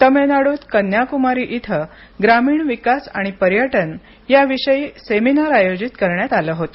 तमिळनाडूत कन्याकुमारी इथं ग्रामीण विकास आणि पर्यटन याविषयी सेमिनार आयोजित करण्यात आला होता